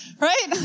right